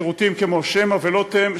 שירותים כמו "שמע" ו"לטם",